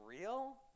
real